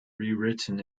rewritten